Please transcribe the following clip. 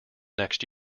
next